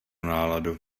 náladu